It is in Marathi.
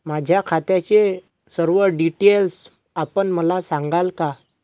माझ्या खात्याचे सर्व डिटेल्स आपण मला सांगाल का?